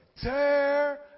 tear